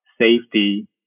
safety